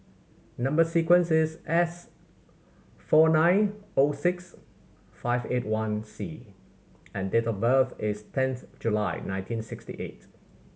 number sequence is S four nine O six five eight one C and date of birth is tenth July nineteen sixty eight